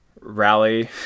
rally